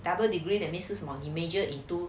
double degree that means 是什么你 major in two